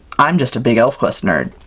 i'm just a big elfquest nerd!